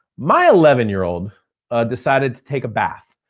my eleven year old decided to take a bath.